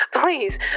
Please